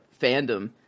fandom